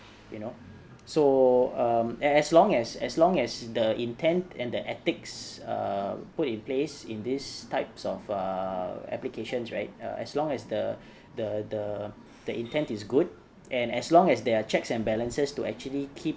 you know so um as long as as long as the intent and the ethics err put in place in these types of err applications right er as long as the the the the intent is good and as long as there are checks and balances to actually keep